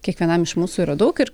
kiekvienam iš mūsų yra daug ir